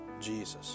Jesus